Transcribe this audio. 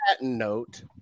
note